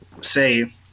say